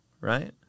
right